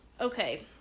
Okay